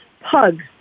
pug